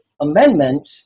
Amendment